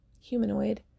Humanoid